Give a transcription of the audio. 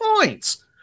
points